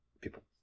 people